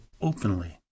openly